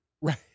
Right